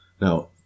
Now